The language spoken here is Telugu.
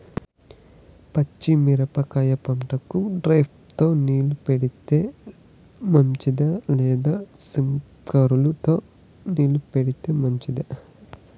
పచ్చి మిరపకాయ పంటకు డ్రిప్ తో నీళ్లు పెడితే మంచిదా లేదా స్ప్రింక్లర్లు తో నీళ్లు పెడితే మంచిదా?